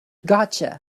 gotcha